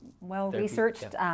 well-researched